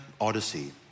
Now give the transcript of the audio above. odyssey